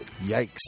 Yikes